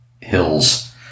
hills